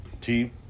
team